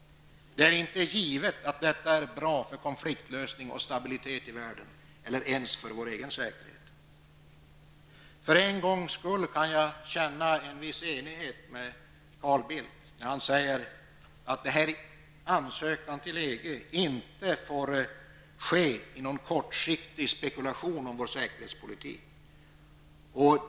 Det är inte givet att detta är bra för konfliktlösning och stabilitet i världen eller ens för vår egen säkerhet. För en gångs skull kan jag känna en viss enighet med Carl Bildt, när han säger att ansökan till EG inte får ske som någon kortsiktig spekulation i vår säkerhetspolitik.